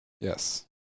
Yes